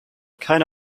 keine